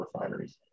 refineries